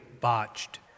botched